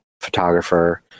photographer